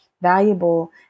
valuable